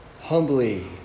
humbly